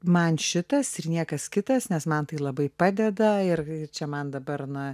man šitas ir niekas kitas nes man tai labai padeda ir ir čia man dabar na